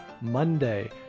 Monday